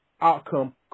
outcome